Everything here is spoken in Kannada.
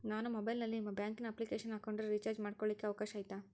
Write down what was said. ನಾನು ಮೊಬೈಲಿನಲ್ಲಿ ನಿಮ್ಮ ಬ್ಯಾಂಕಿನ ಅಪ್ಲಿಕೇಶನ್ ಹಾಕೊಂಡ್ರೆ ರೇಚಾರ್ಜ್ ಮಾಡ್ಕೊಳಿಕ್ಕೇ ಅವಕಾಶ ಐತಾ?